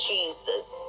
Jesus